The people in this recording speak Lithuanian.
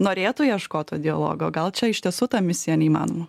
norėtų ieškot to dialogo gal čia iš tiesų ta misija neįmanoma